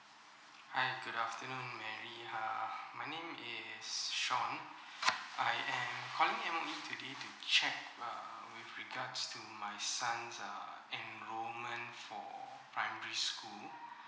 hi good afternoon mary uh my name is shawn I am calling M_O_E today to check um with regards to my son's uh enrolment for primary school